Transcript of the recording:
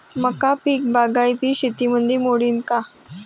मका पीक बागायती शेतीमंदी मोडीन का?